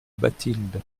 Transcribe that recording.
bathilde